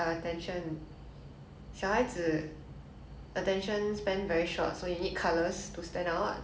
but then again if you think about it reverse psychology if you have a black toy won't it stand out